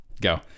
Go